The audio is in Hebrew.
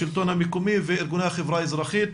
השלטון המקומי וארגוני החברה האזרחית.